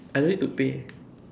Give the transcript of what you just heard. I don't need to pay